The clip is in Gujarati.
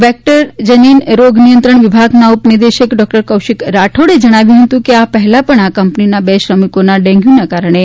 વેકટર જનીત રોગ નિયંત્રણ વિભાગના ઉપનિદેશક ડોકટર કૌશિક રાઠોડે જણાવ્યું હતું કે આ પહેલા પણ આ કંપનીમાં બે શ્રમિકોના ડેંગ્યુના કારણે તા